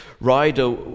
rider